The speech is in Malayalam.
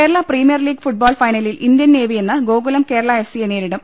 കേരള പ്രീമിയർ ലീഗ് ഫുട്ബോൾ ഫൈനലിൽ ഇന്ത്യൻ നേവി ഇന്ന് ഗോകുലം കേരള എഫ്സിയെ നേരിടും